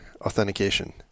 authentication